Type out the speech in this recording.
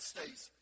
States